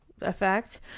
effect